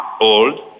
old